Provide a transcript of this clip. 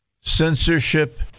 censorship